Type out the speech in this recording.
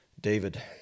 David